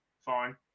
fine